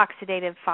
oxidative